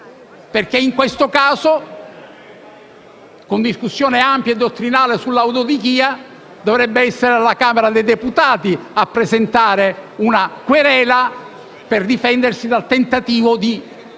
penale: in questo caso, con discussione ampia e dottrinale sull'autodichia, dovrebbe essere la Camera dei deputati a presentare una querela per difendersi dal tentativo di